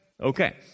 Okay